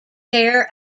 chair